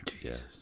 Yes